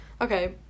Okay